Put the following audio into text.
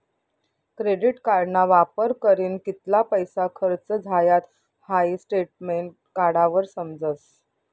credit कार्डना वापर करीन कित्ला पैसा खर्च झायात हाई स्टेटमेंट काढावर समजस